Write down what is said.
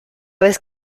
vez